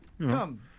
come